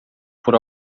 por